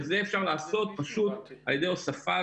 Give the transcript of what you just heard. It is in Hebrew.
וזה אפשר לעשות פשוט על ידי הוספה